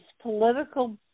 political